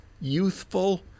youthful